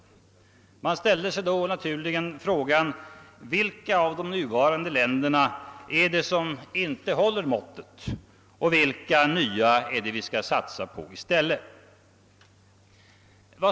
Man ställer sig då naturligen frågan, vilka av de nuvarande mottagarländerna som inte håller måttet och vilka nya som vi skall satsa på i stället.